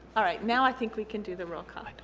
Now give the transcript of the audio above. all right now i think we can do the roll call